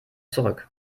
zurück